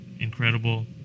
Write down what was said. Incredible